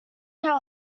how